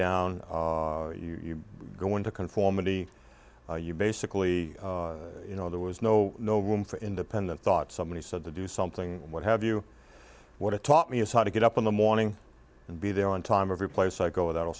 down you go into conformity you basically you know there was no no room for independent thought somebody said to do something what have you what it taught me is how to get up in the morning and be there on time every place i go that will